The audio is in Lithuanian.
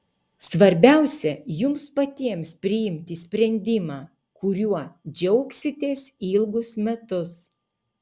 svarbiausia jums patiems priimti sprendimą kuriuo džiaugsitės ilgus metus